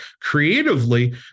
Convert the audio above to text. creatively